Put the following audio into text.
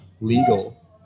legal